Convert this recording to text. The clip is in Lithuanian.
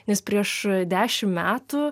nes prieš dešimt metų